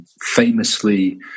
famously